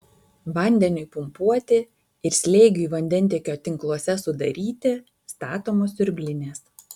vandeniui pumpuoti ir slėgiui vandentiekio tinkluose sudaryti statomos siurblinės